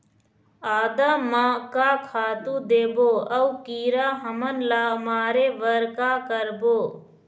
आदा म का खातू देबो अऊ कीरा हमन ला मारे बर का करबो?